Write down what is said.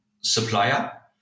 supplier